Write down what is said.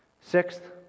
Sixth